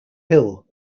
hill